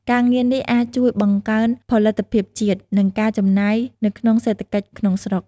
ការងារនេះអាចជួយបង្កើនផលិតភាពជាតិ និងការចំណាយនៅក្នុងសេដ្ឋកិច្ចក្នុងស្រុក។